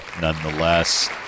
nonetheless